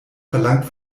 verlangt